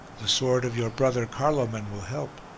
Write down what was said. the sword of your brother carloman will help,